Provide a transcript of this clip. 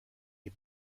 die